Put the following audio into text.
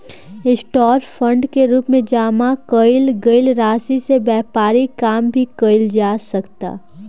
stock fund के रूप में जामा कईल गईल राशि से व्यापारिक काम भी कईल जा सकता